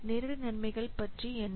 நேரடி நன்மைகள் பற்றி என்ன